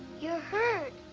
you're hurt!